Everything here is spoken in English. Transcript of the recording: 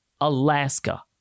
Alaska